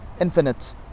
infinite